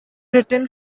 written